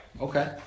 okay